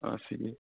ꯑ ꯁꯤꯒꯤ